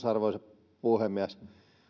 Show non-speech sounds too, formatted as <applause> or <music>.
<unintelligible> arvoisa puhemies